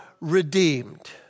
redeemed